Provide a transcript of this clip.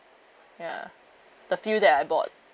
ya the few that I bought